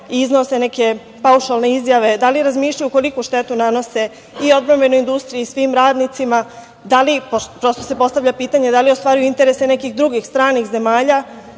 i iznose neke paušalne izjave, da li razmišljaju koliku štetu nanose i odbrambenoj industriji i svim radnicima? Prosto se postavlja pitanje, da li ostvaruju interese nekih drugih, stranih zemalja,